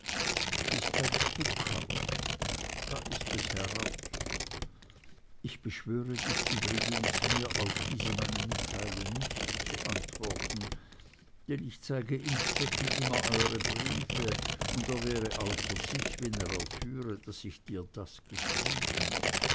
ist ein spukhaus da ist es heraus ich beschwöre dich übrigens mir auf diese meine mitteilung nicht zu antworten denn ich zeige innstetten immer eure briefe und er wäre außer sich wenn er erführe daß ich dir das geschrieben